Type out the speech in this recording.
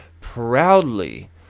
proudly